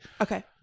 Okay